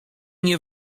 nie